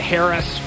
Harris